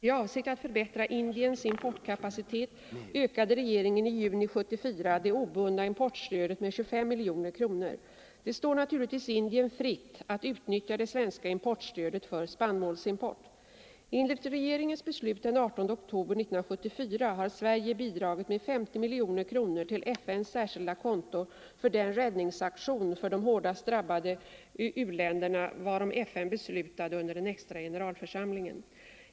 I avsikt att förbättra Indiens importkapacitet ökade regeringen i juni 1974 det obundna importstödet med 25 miljoner kronor. Det står naturligtvis Indien fritt att utnyttja det svenska importstödet för spannmålsimport. Enligt regeringens beslut den 18 oktober 1974 har Sverige bidragit med 50 miljoner kronor till FN:s särskilda konto för den räddningsaktion för de hårdast drabbade u-länderna varom FN beslutade under den extra generalförsamlingen.